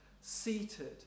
seated